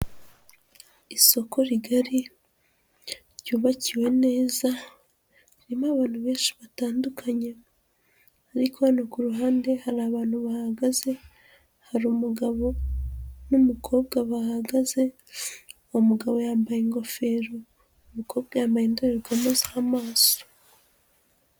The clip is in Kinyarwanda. Isoko rigari ryubakiwe neza, harimo abantu benshi batandukanye ariko hano ku ruhande hari abantu bahagaze, hari umugabo n'umukobwa bahagaze, mugabo yambaye ingofero, umukobwa yambaye indorerwamo z'amaso.